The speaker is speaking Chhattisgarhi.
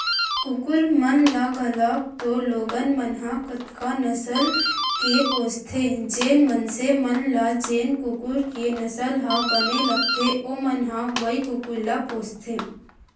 कुकुर मन ल घलौक तो लोगन मन ह कतका नसल के पोसथें, जेन मनसे मन ल जेन कुकुर के नसल ह बने लगथे ओमन ह वोई कुकुर ल पोसथें